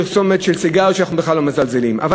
לפרסומת של סיגריות, שאנחנו בכלל לא מזלזלים בה.